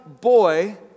boy